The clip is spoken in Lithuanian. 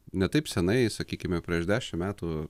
ne taip senai sakykime prieš dešimt metų